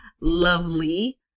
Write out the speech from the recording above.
lovely